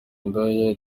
indaya